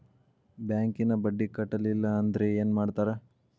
ಬ್ಯಾಂಕಿನ ಬಡ್ಡಿ ಕಟ್ಟಲಿಲ್ಲ ಅಂದ್ರೆ ಏನ್ ಮಾಡ್ತಾರ?